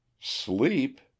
Sleep